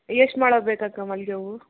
ಎಷ್ಟು ಮೊಳ ಬೇಕು ಅಕ್ಕ ಮಲ್ಲಿಗೆ ಹೂವು